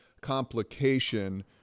complication